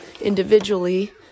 individually